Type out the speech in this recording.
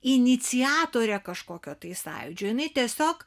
iniciatore kažkokio tai sąjūdžio jinai tiesiog